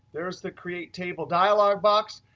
there is the create table dialog box,